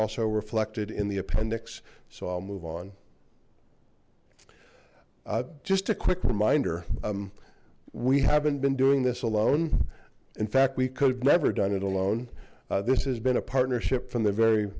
also reflected in the appendix so i'll move on just a quick reminder um we haven't been doing this alone in fact we could never done it alone this has been a partnership from the very